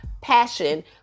passion